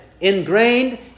ingrained